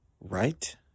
right